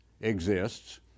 exists